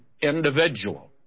individual